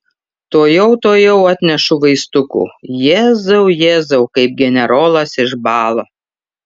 tuojau tuojau atnešu vaistukų jėzau jėzau kaip generolas išbalo